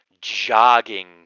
jogging